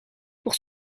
pour